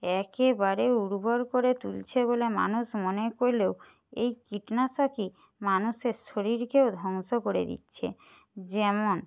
একেবারে উর্বর করে তুলছে বলে মানুষ মনে করলেও এই কীটনাশকই মানুষের শরীরকেও ধ্বংস করে দিচ্ছে যেমন